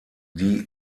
die